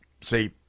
see